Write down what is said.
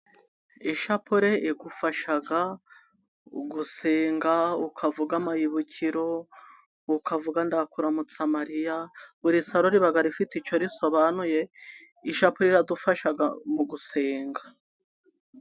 Ishapule igufasha gusenga ukavuga amibukiro, ukavu ndakuramutsamariya, buri saro riba ifite icyo risobanuye, ishapure iradufasha mu gusenga.